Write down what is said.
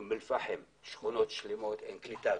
אום אל פחם, שכונות שלמות שאין בהן קליטה.